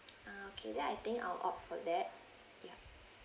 uh okay then I think I will opt for that ya